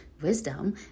wisdom